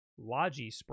Logispring